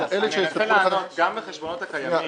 לגבי העבר אלה שסיפרו לכם את הסיפורים האלה,